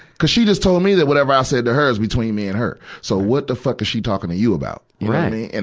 cuz she just told me that whatever i said to her is between me and her. so what the fuck is she talking to you about, you and